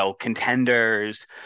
contenders